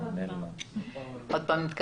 השידור נתקע.